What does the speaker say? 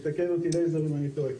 תתקן אותי לייזר אם אני טועה.